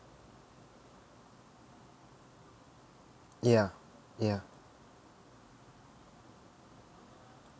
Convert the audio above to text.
ya ya